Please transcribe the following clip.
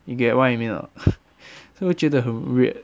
you get what you mean or not so 我觉得很 weird